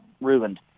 ruined